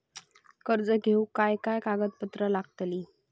कर्ज घेऊक काय काय कागदपत्र लागतली?